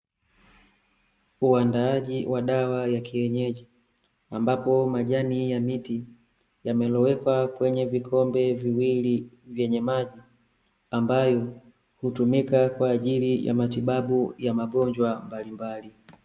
Uandaaji wa dawa ya kienyeji, ambapo majani ya miti, yamelowekwa kwenye vikombe viwili vyenye maji , ambayo hutumika kwaajili ya matibabu ya magonjwa mbalimbali.